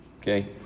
okay